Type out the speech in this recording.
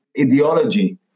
ideology